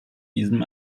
diesem